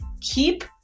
keep